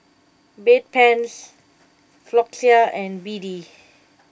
Bedpans Floxia and B D